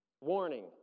warning